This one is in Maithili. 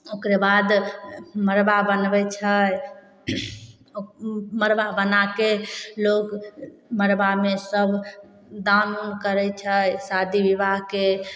ओकरे बाद मड़बा बनबै छै मड़बा बनाके लोग मड़बामे सब दान उन करै छै शादी विवाहके